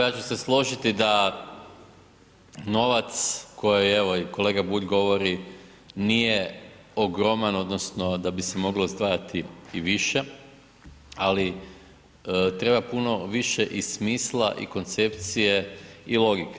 Ja ću se složiti da novac koji evo i kolega Bulj govori nije ogroman odnosno da bi se moglo izdvajati i više, ali treba puno više i smisla i koncepcije i logike.